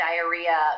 diarrhea